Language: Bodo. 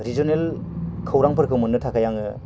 रिजिनेल खौरांफोरखौ मोननो थाखाय आङो